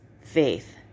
faith